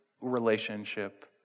relationship